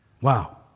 Wow